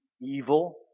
evil